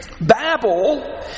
Babel